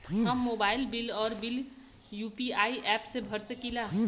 हम mobile bill और bill UPI app से भर सकिला